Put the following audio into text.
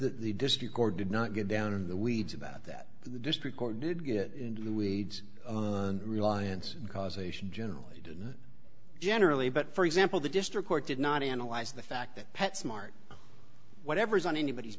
that the district board did not get down in the weeds about that the district court did get into the weeds on reliance causation generally didn't generally but for example the district court did not analyze the fact that pet smart whatever's on anybody's